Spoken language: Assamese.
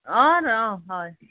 অ' অ' হয়